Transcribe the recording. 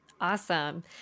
Awesome